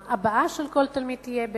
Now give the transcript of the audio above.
וההבעה של כל תלמיד תהיה בהתאם.